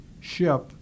ship